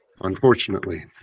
Unfortunately